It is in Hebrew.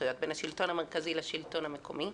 סמכויות בין השלטון המרכזי לשלטון המקומי,